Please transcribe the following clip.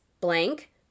blank